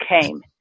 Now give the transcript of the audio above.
came